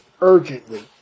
urgently